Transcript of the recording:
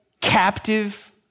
captive